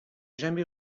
jamais